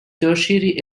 tertiary